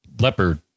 leopard